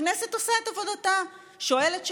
הכנסת עושה את עבודתה, שואלת שאלות,